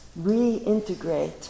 reintegrate